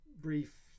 brief